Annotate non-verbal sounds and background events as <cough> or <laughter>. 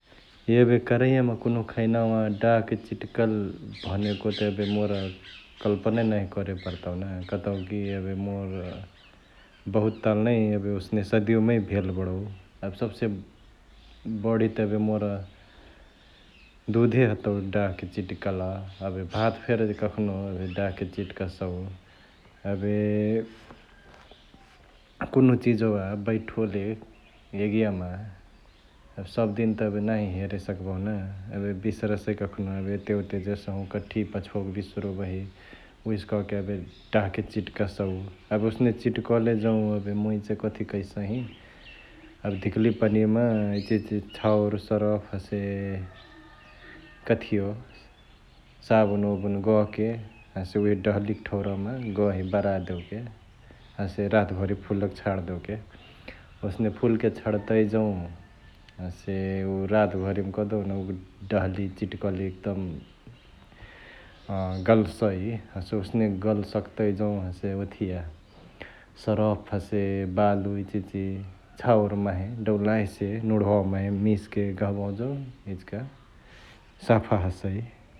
एबे करहियामा कुन्हु खैनावा डाहके चिट्कल भनेको त एबे मोर कल्पनई नाँही करे परतउ ना कतउकी एबे मोर बहुत ताल नै एबे ओसने सदियो मै भेल बडउ । एबे सबसे बढी त एबे मोर दुधे हतउ डाहके चिट्कल । एबे भात फेरी कखनो एबे डाह्के चिट्कसौ । एबे कुन्हु चिजवा बैठोले यगियामा एबे सबदिन त नाँही हेरे सकबहु ना एबे बिसरसई कखनो एबे एतेओते जेसहउ, कठिया पछुवओके बिसरोबही उहेसे कहके एबे डाहके चिट्कसौ । एबे ओसने चिट्कले जंउ एबे मुइ चै कथी कइसहिं, एबे धिकाली पनियामा इचहिच छाउर, सरफ हसे कथियो साबुनओबुन गहके हसे उहे डहलिक ठाउँरावा म गहि, बारादेओके हसे रातभरी फुलके छाड देओके । ओसने फुलेके छड्तै जौ हसे रातभरिमा कहदेउना उ डहली चिट्क्ली एकदम <hesitation> गलसई । हसे ओसने गलसकतई जौ हसे ओथिया सरफ हसे बालु इचहिची छौउर माहे डौलाहिसे नुढुवावा माहे मिसके गहबहु जौ इचिका साफा हसई ।